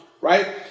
Right